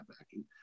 backing